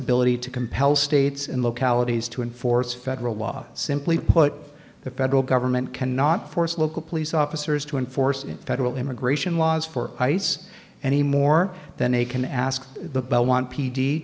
ability to compel states and localities to enforce federal law simply put the federal government cannot force local police officers to enforce federal immigration laws for ice any more than they can ask the belmont p d